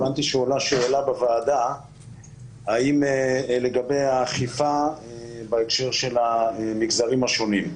הבנתי שעולה שאלה בוועדה לגבי האכיפה בהקשר של המגזרים השונים.